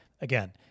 again